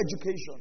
education